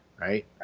Right